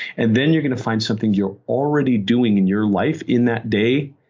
and then you're going to find something you're already doing in your life, in that day,